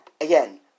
again